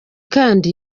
kandi